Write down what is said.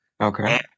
Okay